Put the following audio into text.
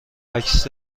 عکس